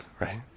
right